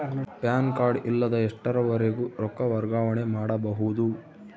PAN card ಇಲ್ಲದ ಎಷ್ಟರವರೆಗೂ ರೊಕ್ಕ ವರ್ಗಾವಣೆ ಮಾಡಬಹುದು?